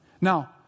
Now